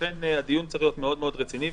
לכן הדיון צריך להיות מאוד מאוד רציני.